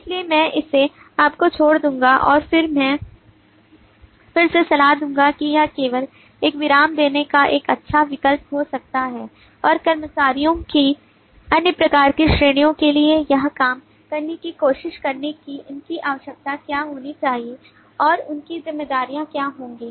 इसलिए मैं इसे आपको छोड़ दूंगा और मैं फिर से सलाह दूंगा कि यह केवल एक विराम देने का एक अच्छा विकल्प हो सकता है और कर्मचारियों की अन्य प्रकार की श्रेणियों के लिए यह काम करने की कोशिश करें कि उनकी विशेषता क्या होनी चाहिए और उनकी जिम्मेदारियां क्या होंगी